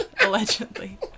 allegedly